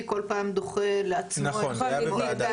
כל פעם דוחה לעצמו את --- בשדרות הקימו מעלית.